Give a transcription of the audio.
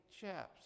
chaps